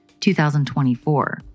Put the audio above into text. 2024